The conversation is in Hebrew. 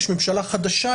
יש ממשלה חדשה,